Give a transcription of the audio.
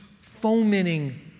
fomenting